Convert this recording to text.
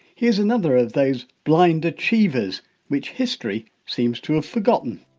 here's another of those blind achievers which history seems to have forgotten